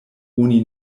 oni